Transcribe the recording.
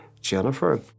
Jennifer